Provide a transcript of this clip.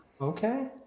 Okay